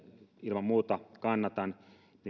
ilman muuta kannatan niin